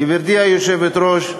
גברתי היושבת-ראש,